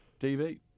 TV